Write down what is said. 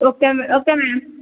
okay okay madam